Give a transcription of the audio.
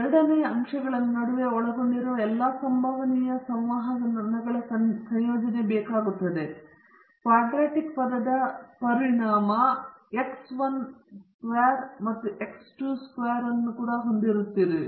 ಎರಡನೆಯದು ಅಂಶಗಳ ನಡುವೆ ಒಳಗೊಂಡಿರುವ ಎಲ್ಲ ಸಂಭವನೀಯ ಸಂವಹನಗಳ ಸಂಯೋಜನೆಯಾಗಿದೆ ಮತ್ತು ನಂತರ ನೀವು ಕ್ವಾಡ್ರಾಟಿಕ್ ಪದದ ಪರಿಣಾಮ X 1 ಸ್ಕ್ವೇರ್ ಮತ್ತು ಎಕ್ಸ್ 2 ಸ್ಕ್ವೇರ್ ಅನ್ನು ಕೂಡಾ ಹೊಂದಿರುತ್ತೀರಿ